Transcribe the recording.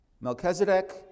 Melchizedek